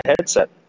headset